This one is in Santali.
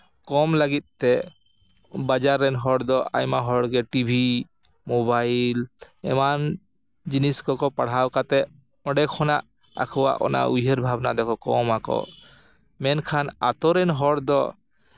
ᱠᱚᱢ ᱞᱟᱹᱜᱤᱫ ᱛᱮ ᱵᱟᱡᱟᱨ ᱨᱮᱱ ᱦᱚᱲ ᱫᱚ ᱟᱭᱢᱟ ᱦᱚᱲᱜᱮ ᱴᱤᱵᱷᱤ ᱢᱳᱵᱟᱭᱤᱞ ᱮᱢᱟᱱ ᱡᱤᱱᱤᱥ ᱠᱚᱠᱚ ᱯᱟᱲᱦᱟᱣ ᱠᱟᱛᱮ ᱚᱸᱰᱮ ᱠᱷᱚᱱᱟᱜ ᱟᱠᱚᱣᱟᱜ ᱚᱱᱟ ᱩᱭᱦᱟᱹᱨ ᱵᱷᱟᱵᱽᱱᱟ ᱫᱚᱠᱚ ᱠᱚᱢ ᱟᱠᱚ ᱢᱮᱱᱠᱷᱟᱱ ᱟᱛᱳ ᱨᱮᱱ ᱦᱚᱲ ᱫᱚ